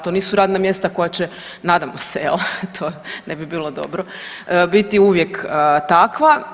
To nisu radna mjesta koja će, nadamo se, to ne bi bilo dobro biti uvijek takva.